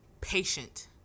patient